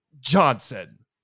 Johnson